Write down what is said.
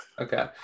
Okay